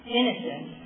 innocent